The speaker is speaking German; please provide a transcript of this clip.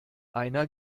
einer